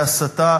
והסטה,